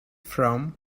from